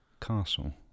Castle